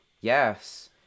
yes